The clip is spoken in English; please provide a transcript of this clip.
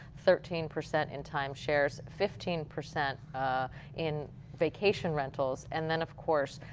thirteen percent in time shares. fifteen percent in vacation rentals. and then of course,